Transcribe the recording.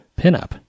PINUP